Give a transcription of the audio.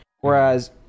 Whereas